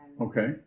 Okay